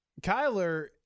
Kyler